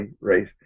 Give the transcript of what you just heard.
race